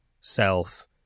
self